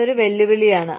അതൊരു വെല്ലുവിളിയാണ്